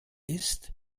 ist